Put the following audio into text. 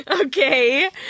Okay